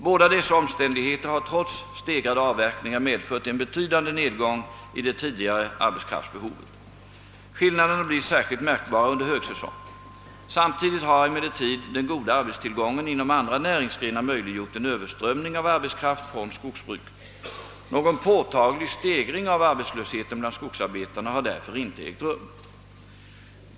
Båda dessa omständigheter har trots stegrade avverkningar medfört en betydande nedgång i det tidigare arbetskraftsbehovet. Skillnaderna blir särskilt märkbara under högsäsong. Samtidigt har emellertid den goda arbetstillgången inom andra näringsgrenar möjliggjort en överströmning av = arbetskraft från skogsbruket. Någon påtaglig stegring av arbetslösheten bland <skogsarbetarna har därför inte ägt rum.